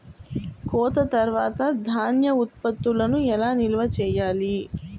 కోత తర్వాత ధాన్య ఉత్పత్తులను ఎలా నిల్వ చేయాలి?